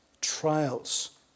trials